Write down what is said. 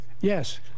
Yes